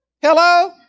Hello